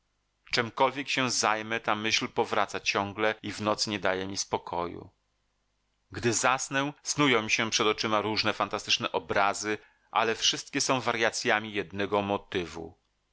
czemkolwiek się zajmę ta myśl powraca ciągle i w nocy nie daje mi spokoju gdy zasnę snują mi się przed oczyma różne fantastyczne obrazy ale wszystkie są wariacjami jednego motywu